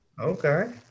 Okay